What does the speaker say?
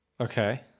Okay